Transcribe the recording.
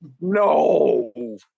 No